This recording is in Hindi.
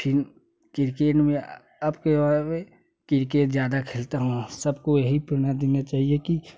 फिं क्रिकेट में क्रिकेट ज़्यादा खेलता हूँ सबको यही पहना देना चाहिए कि